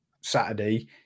Saturday